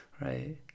right